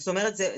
זאת אומרת,